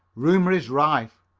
rumor is rife.